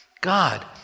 God